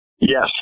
Yes